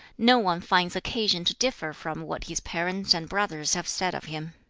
no one finds occasion to differ from what his parents and brothers have said of him.